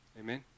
Amen